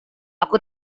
aku